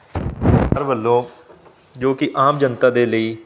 ਸਰਕਾਰ ਵੱਲੋਂ ਜੋ ਕਿ ਆਮ ਜਨਤਾ ਦੇ ਲਈ